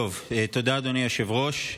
תודה, אדוני היושב-ראש.